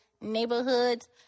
neighborhoods